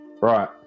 right